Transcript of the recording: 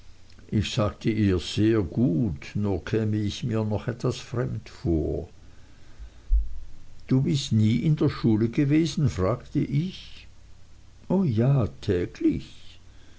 ich sagte ihr sehr gut nur käme ich mir noch etwas fremd vor du bist nie in der schule gewesen fragte ich o ja täglich